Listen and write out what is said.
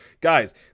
Guys